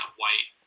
white